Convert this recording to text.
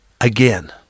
again